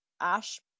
ash